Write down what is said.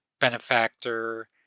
benefactor